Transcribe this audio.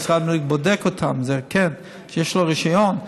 שמשרד הבריאות בודק אותם, זה כן, שיש לו רישיון,